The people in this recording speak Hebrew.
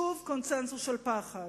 שוב, קונסנזוס של פחד: